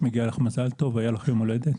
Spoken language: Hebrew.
היושבת-ראש, מגיע לך מזל טוב, היה לך יום הולדת.